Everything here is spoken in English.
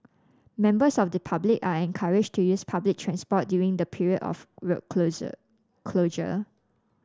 members of the public are encouraged to use public transport during the period of road closure closure